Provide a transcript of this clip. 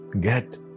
Get